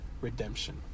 redemption